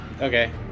Okay